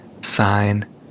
sign